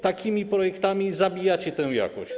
Takimi projektami zabijacie tę jakość.